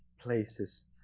places